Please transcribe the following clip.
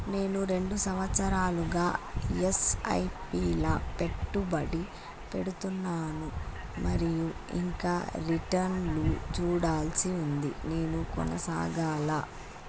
నేను రెండు సంవత్సరాలుగా ల ఎస్.ఐ.పి లా పెట్టుబడి పెడుతున్నాను మరియు ఇంకా రిటర్న్ లు చూడాల్సి ఉంది నేను కొనసాగాలా?